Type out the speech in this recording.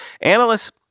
Analysts